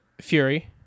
Fury